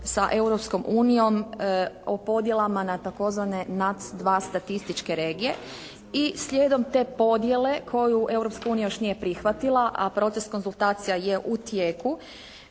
unijom o podjelama na tzv. NAC2 statističke regije i slijedom te podjele koju Europska unija još nije prihvatila, a proces konzultacija je u tijeku,